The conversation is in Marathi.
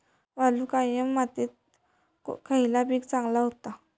वालुकामय मातयेत खयला पीक चांगला होता?